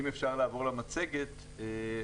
נעבור למצגת.